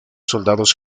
soldados